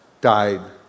died